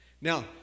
Now